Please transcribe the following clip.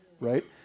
Right